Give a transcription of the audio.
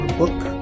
book